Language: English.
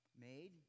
made